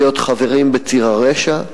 להיות חברים בציר הרשע,